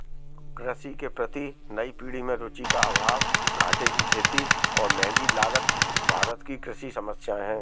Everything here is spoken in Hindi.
कृषि के प्रति नई पीढ़ी में रुचि का अभाव, घाटे की खेती और महँगी लागत भारत की कृषि समस्याए हैं